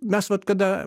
mes vat kada